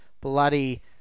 bloody